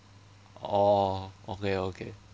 oh okay okay